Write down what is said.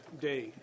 day